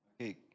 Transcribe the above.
Okay